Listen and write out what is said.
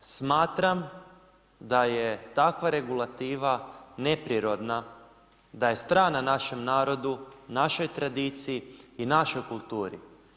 Smatram da je takva regulativa neprirodna, da je strana našem narodu, našoj tradiciji i našoj kulturi.